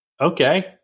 okay